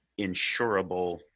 insurable